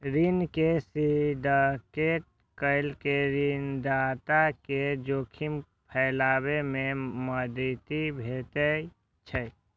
ऋण के सिंडिकेट करै सं ऋणदाता कें जोखिम फैलाबै मे मदति भेटै छै